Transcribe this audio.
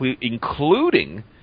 including